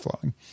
flowing